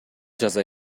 жаза